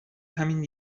همین